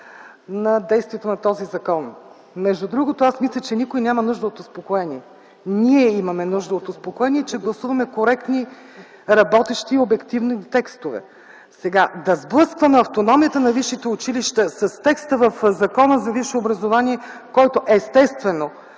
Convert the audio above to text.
на действието на този закон. Между другото, аз мисля, че никой няма нужда от успокоение. Ние имаме нужда от успокоение, че гласуваме коректни, работещи и обективни текстове. Сега да сблъскваме автономията на висшите училища с текста в Закона за висшето образование, който естествено